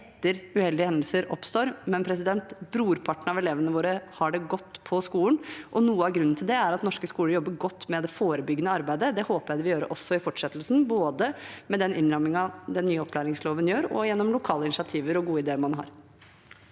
etter at uheldige hendelser oppstår, men brorparten av elevene våre har det godt på skolen. Noe av grunnen til det er at norske skoler jobber godt med det forebyggende arbeidet, og det håper jeg de vil gjøre også i fortsettelsen, både med den innrammingen den nye opplæringsloven gir, og gjennom lokale initiativer og gode ideer man har.